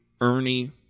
Ernie